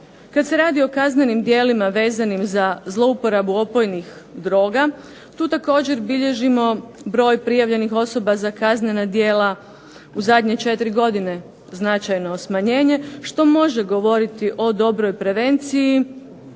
Kad se radi o kaznenim djelima vezanim za zlouporabu opojnih droga tu također bilježimo broj prijavljenih osoba za kaznena djela u zadnje četiri godine značajno smanjenje što može govoriti o dobroj prevenciji.